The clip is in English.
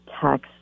tax